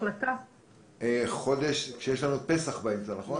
חודש כשיש לנו את פסח באמצע, נכון?